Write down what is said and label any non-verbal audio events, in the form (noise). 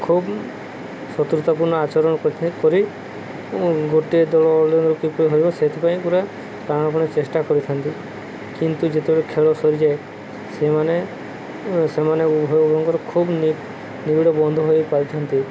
ଖୁବ୍ ଶତ୍ରୁତାପୂର୍ଣ୍ଣ ଆଚରଣ କରିଥାଏ କରି ଗୋଟିଏ ଦଳ (unintelligible) କିପରି ହେବ ସେଥିପାଇଁ ପୁରା ପ୍ରାଣପଣେ ଚେଷ୍ଟା କରିଥାନ୍ତି କିନ୍ତୁ ଯେତେବେଳେ ଖେଳ ସରିଯାଏ ସେମାନେ ସେମାନେ ଉଭୟଙ୍କର ଖୁବ ନିବିଡ଼ ବନ୍ଧ ହୋଇପାରିଥାନ୍ତି